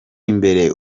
imbere